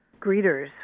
greeters